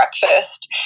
breakfast